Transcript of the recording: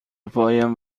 پایم